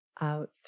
out